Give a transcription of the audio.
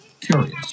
curious